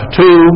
two